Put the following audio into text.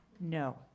No